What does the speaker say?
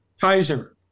Kaiser